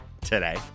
today